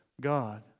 God